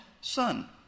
son